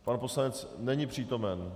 Pan poslanec není přítomen?